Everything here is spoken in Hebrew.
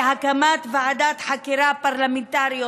ושל חברות הכנסת להקמת ועדת חקירה פרלמנטרית